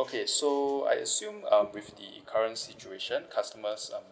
okay so I assume um with the current situation customers um